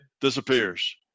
disappears